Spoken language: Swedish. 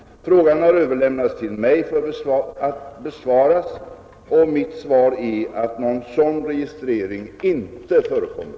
Frågan har överlämnats till mig för att besvaras och mitt svar är att någon sådan registrering inte förekommer.